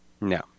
No